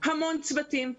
המון צוותים,